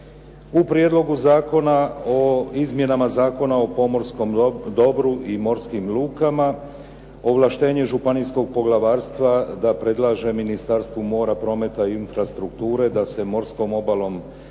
U Prijedlogu zakona o izmjenama Zakona o pomorskom dobru i morskim lukama, ovlaštenje županijskog poglavarstva da predlaže Ministarstvu mora, prometa i infrastrukture da se morskom obalom smatra